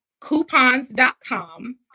Coupons.com